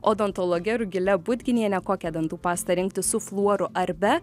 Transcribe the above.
odontologe rugile budginiene kokią dantų pastą rinktis su fluoru ar be